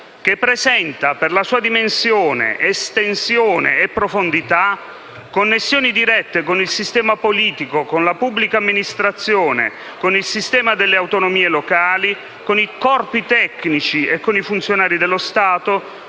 che presenta per la sua dimensione, estensione e profondità, connessioni dirette con il sistema politico, con la pubblica amministrazione, con il sistema delle autonomie locali, con i corpi tecnici e con i funzionari dello Stato,